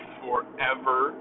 forever